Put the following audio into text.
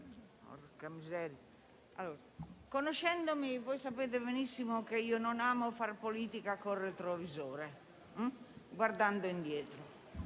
conoscendomi, sapete benissimo che non amo fare politica con il retrovisore, guardando indietro;